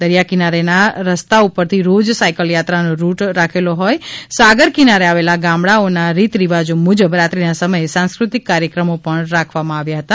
દરિયા કિનારેના રસ્તા ઉપરથી રોજ સાયકલ યાત્રાનો રૂટ રાખેલો હોય અને સાગર કિનારે આવેલા ગામડા ઓના રીત રિવાજો મુજબ રાત્રિના સમયે સાંસ્કૃતિક કાર્યક્રમો રાખવામા આવ્યા હતા